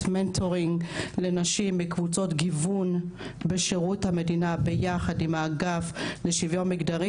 מנטורינג לנשים מקבוצות גיוון בשירות המדינה ויחד עם האגף לשוויון מגדרי.